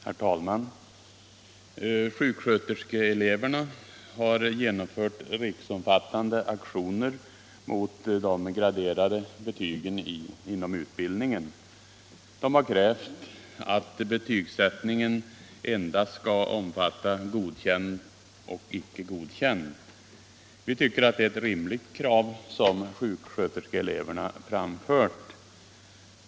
Herr talman! Sjuksköterskeeleverna har genomfört riksomfattande aktioner mot de graderade betygen inom utbildningen. De har krävt att betygsättningen endast skall omfatta vitsorden godkänd och icke godkänd. Vi tycker att det är ett rimligt krav som sjuksköterskeeleverna framfört.